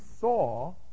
saw